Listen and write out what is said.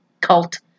cult